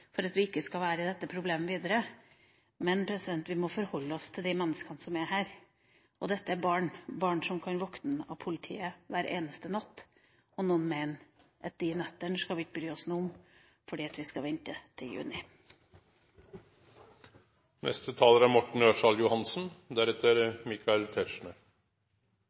for at vi ikke skal føre dette problemet videre. Men vi må forholde oss til de menneskene som er her. Dette er barn, barn som kan våkne av politiet hver eneste natt – og noen mener at de nettene skal vi ikke bry oss om fordi vi skal vente til juni. Jeg er